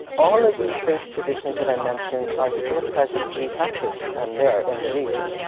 all of these faith traditions that i mentioned are still presently practiced and there in the region.